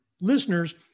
listeners